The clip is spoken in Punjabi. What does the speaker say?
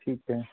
ਠੀਕ ਹੈ